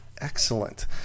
Excellent